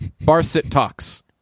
Bar-sit-talks